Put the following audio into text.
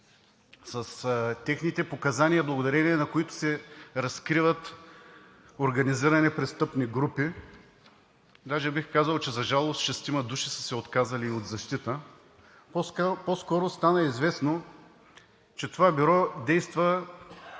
с техните показания, благодарение на които се разкриват организирани престъпни групи, даже бих казал, за жалост, че шестима души са се отказали и от защита. По-скоро стана известно, че в това бюро действат